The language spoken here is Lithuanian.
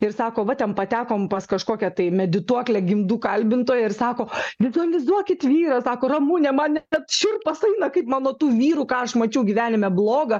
ir sako va ten patekom pas kažkokią tai medituoklę gimdų kalbintoją ir sako vizualizuokit vyrą sako ramune man net šiurpas eina kaip mano tų vyrų ką aš mačiau gyvenime bloga